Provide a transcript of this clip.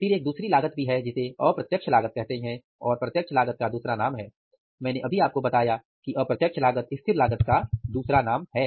फिर एक दूसरी लागत भी है जिसे अप्रत्यक्ष लागत कहते हैं और प्रत्यक्ष लागत दूसरा नाम है मैंने अभी आपको बताया कि अप्रत्यक्ष लागत स्थिर लागत का दूसरा नाम है